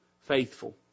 faithful